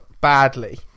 badly